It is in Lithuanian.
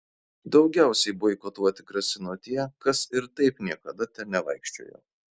daugiausiai boikotuoti grasino tie kas ir taip niekada ten nevaikščiojo